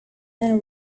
and